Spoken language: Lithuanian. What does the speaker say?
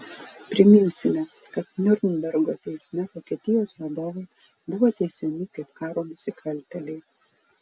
priminsime kad niurnbergo teisme vokietijos vadovai buvo teisiami kaip karo nusikaltėliai